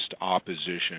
opposition